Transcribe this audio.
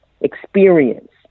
experience